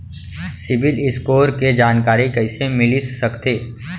CIBIL score के जानकारी कइसे मिलिस सकथे?